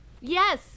Yes